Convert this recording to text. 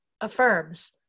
affirms